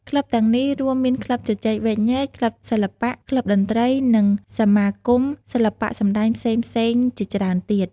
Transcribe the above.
ក្លឹបទាំងនេះរួមមានក្លឹបជជែកវែកញែក ក្លឹបសិល្បៈ ក្លឹបតន្ត្រី និងសមាគមសិល្បៈសម្តែងផ្សេងៗជាច្រើនទៀត។